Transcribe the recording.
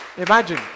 Imagine